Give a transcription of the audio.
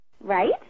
Right